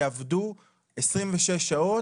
יעבדו 26 שעות.